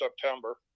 September